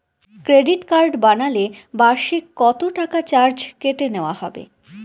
Credit card বানালে বার্ষিক কত টাকা চার্জ কেটে নেওয়া হবে?